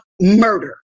murder